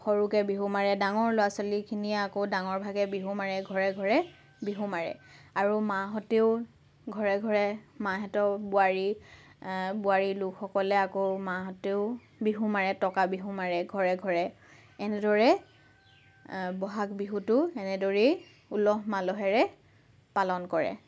সৰুকে বিহু মাৰে ডাঙৰ ল'ৰা ছোৱালীখিনিয়ে আকৌ ডাঙৰ ভাগে বিহু মাৰে ঘৰে ঘৰে বিহু মাৰে আৰু মাহঁতেও ঘৰে ঘৰে মাহঁতেও বোৱাৰী বোৱাৰী লোকসকলে আকৌ মাহঁতেও বিহু মাৰে টকা বিহু মাৰে ঘৰে ঘৰে এনেদৰেই বহাগ বিহুটো এনেদৰেই উলহ মালহেৰে পালন কৰে